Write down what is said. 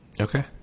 Okay